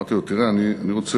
ואמרתי לו: אני רוצה